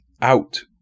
out